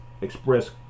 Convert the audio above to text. express